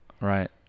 Right